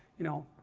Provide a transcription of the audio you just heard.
you know,